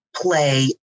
play